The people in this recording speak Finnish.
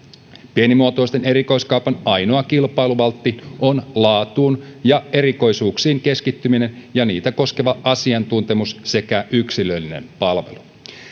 pienimuotoisen erikoiskaupan ainoa kilpailuvaltti on laatuun ja erikoisuuksiin keskittyminen ja niitä koskeva asiantuntemus sekä yksilöllinen palvelu